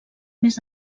més